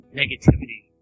negativity